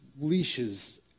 leashes